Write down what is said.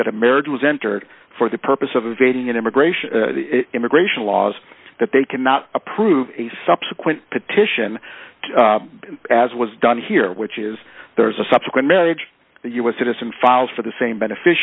that a marriage was entered for the purpose of evading an immigration immigration laws that they cannot approve a subsequent petition as was done here which is there's a subsequent marriage a u s citizen filed for the same benefi